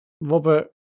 Robert